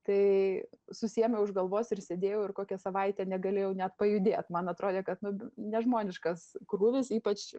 tai susiėmiau už galvos ir sėdėjau ir kokią savaitę negalėjau net pajudėt man atrodė kad nu nežmoniškas krūvis ypač